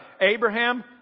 Abraham